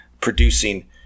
producing